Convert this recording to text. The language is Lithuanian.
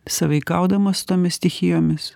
sąveikaudamas su tomis stichijomis